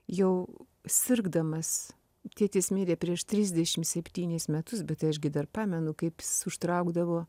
jau sirgdamas tėtis mirė prieš tridešim septynis metus bet aš gi dar pamenu kaip jis užtraukdavo